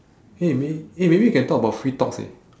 !hey! may~ !hey! maybe we can talk about free talks eh